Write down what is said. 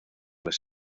las